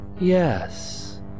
Yes